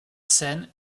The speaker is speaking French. scène